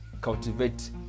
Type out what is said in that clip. cultivate